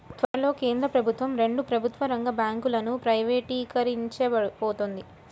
త్వరలో కేంద్ర ప్రభుత్వం రెండు ప్రభుత్వ రంగ బ్యాంకులను ప్రైవేటీకరించబోతోంది